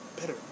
better